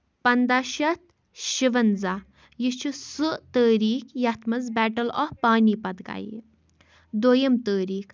پَنٛداہ شیٚتھ شُونٛزاہ یہِ چھُ سُہ تٲریٖخ یَتھ منٛز بیٹل آف پانی پَت گیہِ دٔیُم تٲریٖخ